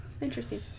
Interesting